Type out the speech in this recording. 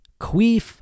Queef